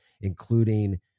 including